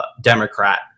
Democrat